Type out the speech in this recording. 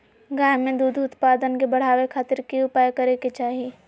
गाय में दूध उत्पादन के बढ़ावे खातिर की उपाय करें कि चाही?